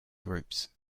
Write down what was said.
groups